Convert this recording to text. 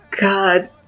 God